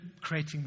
creating